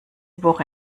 woche